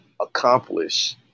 accomplish